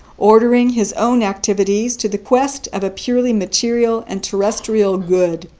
ordering his own activities to the quest of a purely material and terrestrial good.